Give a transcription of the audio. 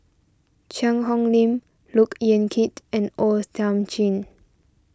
Cheang Hong Lim Look Yan Kit and O Thiam Chin